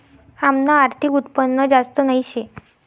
आमनं आर्थिक उत्पन्न जास्त नही शे